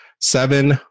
seven